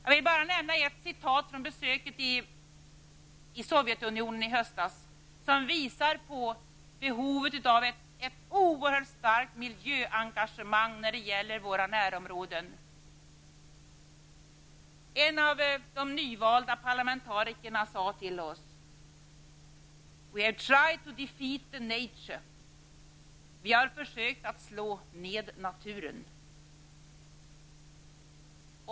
Jag vill bara nämna ett en citat från besöket i Sovjetunionen i höstas. Det visar på behovet av ett oerhört starkt miljöengagemang när det gäller våra närområden. En av de nyvalda parlamentarikerna sade till oss: We have tried to defeat the nature, dvs. vi har försökt att slå ned naturen.